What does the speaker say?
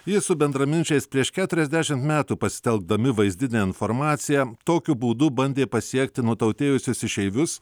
jie su bendraminčiais prieš keturiasdešimt metų pasitelkdami vaizdinę informaciją tokiu būdu bandė pasiekti nutautėjusius išeivius